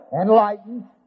Enlightened